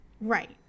right